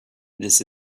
this